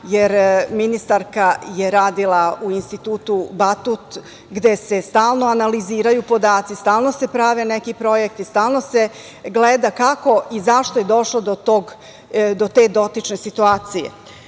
jer ministarka je radila u Institutu „Batut“, gde se stalno analiziraju podaci, stalno se prave neki projekti, stalno se gleda kako i zašto je došlo do te dotične situacije.